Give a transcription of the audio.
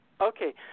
Okay